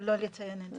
לא לציין את זה.